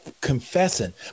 confessing